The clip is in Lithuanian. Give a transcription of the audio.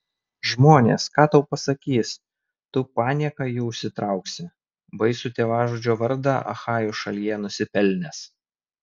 žmonės ką tau pasakys tu panieką jų užsitrauksi baisų tėvažudžio vardą achajų šalyje nusipelnęs